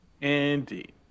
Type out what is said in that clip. Indeed